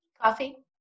Coffee